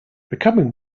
becoming